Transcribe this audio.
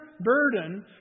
burden